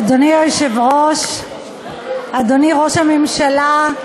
אדוני היושב-ראש, אדוני ראש הממשלה,